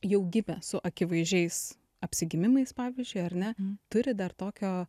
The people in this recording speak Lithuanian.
jau gimę su akivaizdžiais apsigimimais pavyzdžiui ar ne turi dar tokio